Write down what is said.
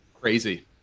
Crazy